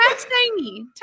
tiny